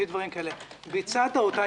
לפי דברים כאלה ביצעת אותה.